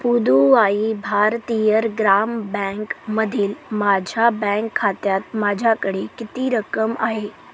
पुदुवाई भारतीयर ग्राम बँकमधील माझ्या बँक खात्यात माझ्याकडे किती रक्कम आहे